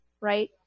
right